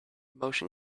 motion